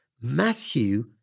Matthew